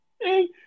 Hey